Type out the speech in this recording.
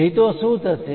નહીં તો શું થશે